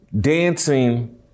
dancing